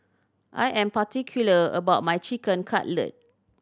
I am particular about my Chicken Cutlet